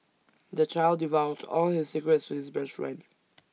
the child divulged all his secrets to his best friend